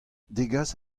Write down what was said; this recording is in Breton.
degas